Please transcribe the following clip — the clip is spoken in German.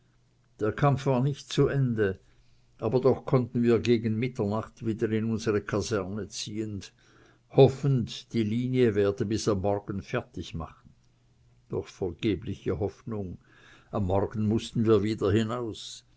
der kampf war nicht zu ende aber doch konnten wir gegen mitternacht wieder in unsere kaserne ziehen hoffend die linie werde bis am morgen fertig machen doch vergebliche hoffnung am morgen mußten wir wieder hinaus